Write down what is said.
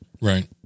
right